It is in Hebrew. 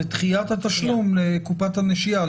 זה דחיית התשלום לקופת הנשייה,